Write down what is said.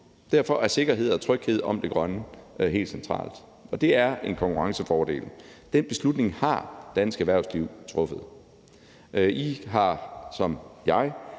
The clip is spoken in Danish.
Derfor er sikkerhed og tryghed om det grønne helt centralt, og det er en konkurrencefordel. Den beslutning har dansk erhvervsliv truffet. I har som jeg